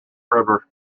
river